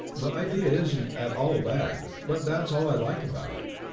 the idea isn't at all bad, but that's all i like about it.